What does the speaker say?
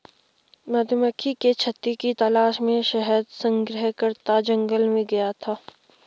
मधुमक्खी के छत्ते की तलाश में शहद संग्रहकर्ता जंगल में गया था